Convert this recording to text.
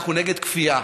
אנחנו נגד כפייה.